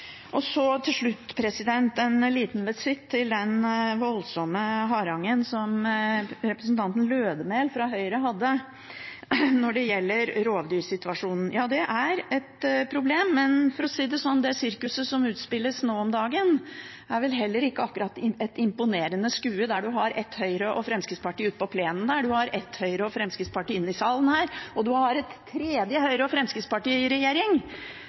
Til slutt en liten visitt til den voldsomme harangen som representanten Lødemel fra Høyre hadde når det gjaldt rovdyrsituasjonen. Ja, det er et problem, men det sirkuset som utspilles nå om dagen, er vel heller ikke akkurat et imponerende skue, der man har ett Høyre–Fremskrittsparti ute på plenen, ett Høyre–Fremskrittsparti inne i salen her, og et tredje Høyre–Fremskrittsparti i regjering, for å si det sånn. I